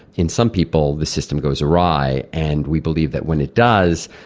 in some people this system goes awry and we believe that when it does,